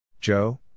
Joe